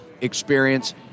experience